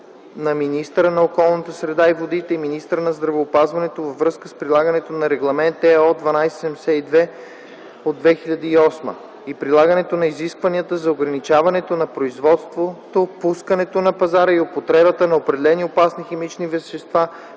на министъра на околната среда и водите и министъра на здравеопазването във връзка с прилагането на Регламент (ЕО) № 1272/2008 и прилагането на изискванията за ограничаването на производството, пускането на пазара и употребата на определени опасни химични вещества,